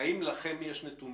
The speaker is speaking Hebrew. נתונים